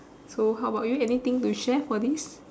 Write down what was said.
so how about you anything to share for this